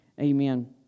Amen